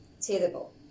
terrible